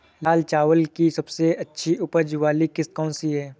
लाल चावल की सबसे अच्छी उपज वाली किश्त कौन सी है?